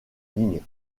ligne